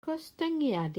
gostyngiad